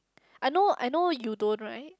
I know I know you don't right